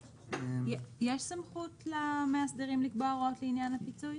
למאסדרים יש סמכות לקבוע הוראות לעניין הפיצוי?